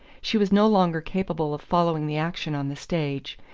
she was no longer capable of following the action on the stage.